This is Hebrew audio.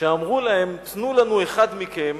שאמרו להם: תנו לנו אחד מכם